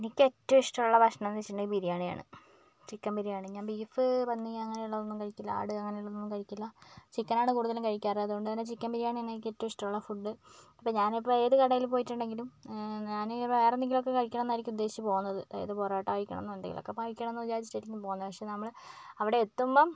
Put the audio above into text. എനിക്ക് ഏറ്റവും ഇഷ്ടമുള്ള ഭക്ഷണമെന്ന് വെച്ചിട്ടുണ്ടെങ്കിൽ ബിരിയാണിയാണ് ചിക്കൻ ബിരിയാണി ഞാൻ ബീഫ് പന്നി അങ്ങനെയുള്ളതൊന്നും കഴിക്കില്ല ആട് അങ്ങനെയുള്ളതൊന്നും കഴിക്കില്ല ചിക്കനാണ് കൂടുതലും കഴിക്കാറ് അത്കൊണ്ട് തന്നെ ചിക്കൻ ബിരിയാണിയാണ് എനിക്കേറ്റവും ഇഷ്ടമുള്ള ഫുഡ് അപ്പോൾ ഞാൻ ഇപ്പോൾ ഏത് കടയില് പോയിട്ടുണ്ടെങ്കിലും ഞാന് വേറെന്തെങ്കിലുമൊക്കെ കഴിക്കണമെന്നായിരിക്കും ഉദ്ദേശിച്ച് പോവുന്നത് അതായത് പൊറോട്ട കഴിക്കണമെന്നോ എന്തെങ്കിലുമൊക്കെ കഴിക്കണമെന്ന് വിചാരിച്ചിട്ടായിരിക്കും പോകുന്നത് പക്ഷെ നമ്മള് അവിടെ എത്തുമ്പം